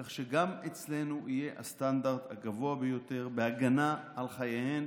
כך שגם אצלנו יהיה הסטנדרט הגבוה ביותר בהגנה על חייהן